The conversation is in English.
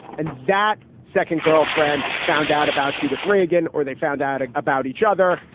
and that second girlfriend found out about judith regan. or they found out ah about each other.